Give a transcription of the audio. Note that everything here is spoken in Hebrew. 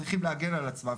צריכים להגן על עצמם.